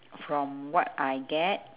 from what I get